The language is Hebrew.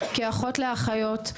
כאחות לאחיות,